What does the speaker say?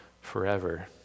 forever